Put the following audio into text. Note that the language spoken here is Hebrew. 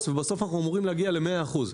ובסוף אנחנו אמורים להגיע ל-100 אחוזים.